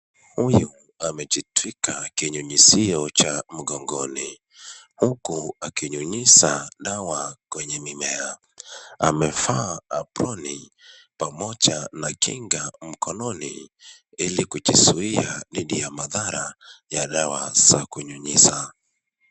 Huyu amejitwika kinyunyizio cha mgongoni, huku akinyunyiza dawa kwenye mimea. Amevaa aproni pamoja na kinga mikononi ili kujizuia dhidi ya madhara ya dawa za kunyunyiza.